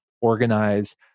organize